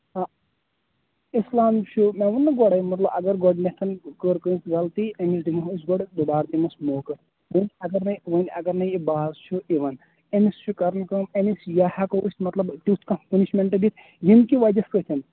اِسلام چھُ مےٚ ووٚن نہ گۄڈٕے مطلب اَگر گۄڈٕنیتھ کٔر کٲنسہِ غلطی أمِس دِموہو أسۍ گۄڈٕ دُبارٕ دِموس موقعہٕ وۄنۍ اَگر نَے وۄنۍ اگر نے یہِ باز چھُ یِوان أمِس چھ کَرُن کٲم أمِس یہِ یہِ ہٮ۪کَو أسۍ مطلب تیُتھ کانٛہہ پنشمینٹ دِتھ ییٚمہِ کہِ وجہہ سۭتۍ